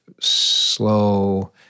slow